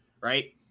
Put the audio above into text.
right